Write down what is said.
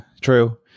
true